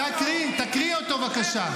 תקריא אותו בבקשה.